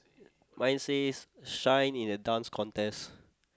my says shine in a Dance Contest